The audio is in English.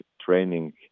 training